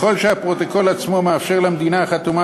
ככל שהפרוטוקול עצמו מאפשר למדינה החתומה